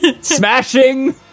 Smashing